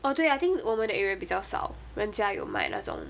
orh 对 I think 我们的 area 比较少人家有卖那种